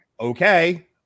okay